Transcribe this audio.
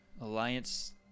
alliance